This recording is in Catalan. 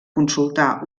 consultar